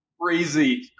Crazy